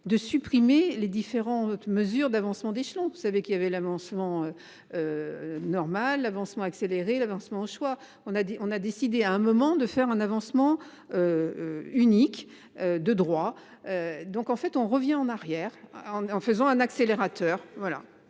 de supprimer les différentes mesures d'avancement d'échelons. Vous savez qu'il avait l'avancement. Normal l'avancement accéléré l'avancement au choix. On a dit on a décidé à un moment de faire un avancement. Unique de droit. Donc en fait on revient en arrière en en faisant un accélérateur.